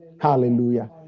Hallelujah